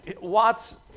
Watts